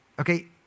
Okay